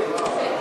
ההצעה